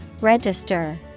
Register